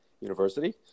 University